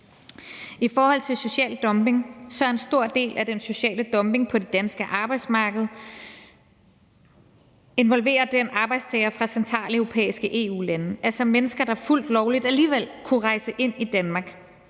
I forhold til social dumping involverer en stor del af den sociale dumping på det danske arbejdsmarked arbejdstagere fra centraleuropæiske EU-lande, altså mennesker, der fuldt lovligt alligevel kunne rejse ind i Danmark.